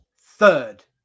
third